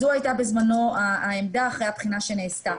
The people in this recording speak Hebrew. זו הייתה בזמנו העמדה אחרי הבחינה שנעשתה.